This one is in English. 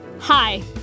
Hi